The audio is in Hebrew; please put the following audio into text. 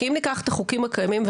כי אם ניקח את החוקים הקיימים,